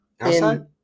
Outside